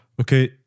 Okay